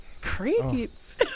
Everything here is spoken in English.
Crickets